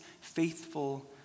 faithful